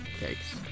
Thanks